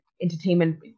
entertainment